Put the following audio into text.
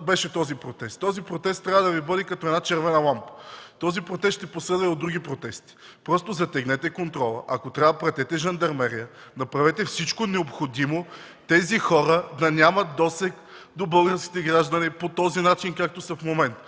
беше този протест. Този протест трябва да Ви бъде като една червена лампа. След този протест ще последват и други протести. Просто затегнете контрола. Ако трябва пратете жандармерия, направете всичко необходимо тези хора да нямат досег до българските граждани по този начин, както е в момента.